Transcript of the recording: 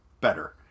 better